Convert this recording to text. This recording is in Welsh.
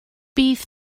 bydd